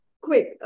Quick